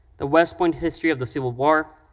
the west point history of the civil war,